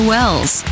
Wells